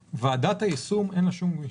לוועדת היישום אין שום גמישות.